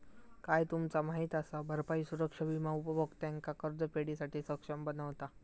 काय तुमचा माहित असा? भरपाई सुरक्षा विमा उपभोक्त्यांका कर्जफेडीसाठी सक्षम बनवता